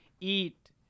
eat